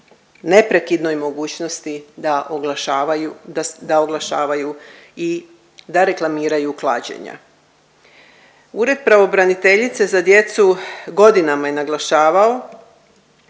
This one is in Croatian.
neprekidnoj mogućnosti da oglašavaju, da, da oglašavaju i da reklamiraju klađenja. Ured pravobraniteljice za djecu godinama je naglašavao